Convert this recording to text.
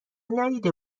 ندیده